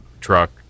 truck